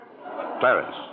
Clarence